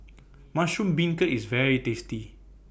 Mushroom Beancurd IS very tasty